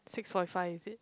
six forty five is it